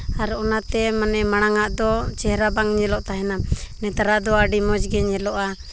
ᱟᱨ ᱚᱱᱟᱛᱮ ᱢᱟᱱᱮ ᱢᱟᱲᱟᱝ ᱟᱜ ᱫᱚ ᱪᱮᱦᱨᱟ ᱵᱟᱝ ᱧᱮᱞᱚᱜ ᱛᱟᱦᱮᱱᱟ ᱱᱮᱛᱟᱨᱟᱜ ᱫᱚ ᱟᱹᱰᱤ ᱢᱚᱡᱽ ᱜᱮ ᱧᱮᱞᱚᱜᱼᱟ